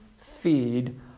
feed